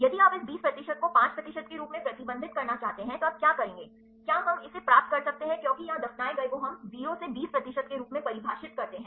यदि आप इस 20 प्रतिशत को 5 प्रतिशत के रूप में प्रतिबंधित करना चाहते हैं तो आप क्या करेंगे क्या हम इसे प्राप्त कर सकते हैं क्योंकि यहाँ दफनाए गए को हम 0 से 20 प्रतिशत के रूप में परिभाषित करते हैं